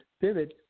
pivot